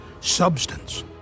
substance